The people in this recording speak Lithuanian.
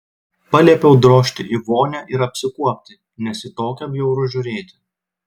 paliepiau drožti į vonią ir apsikuopti nes į tokią bjauru žiūrėti